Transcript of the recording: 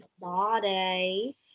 body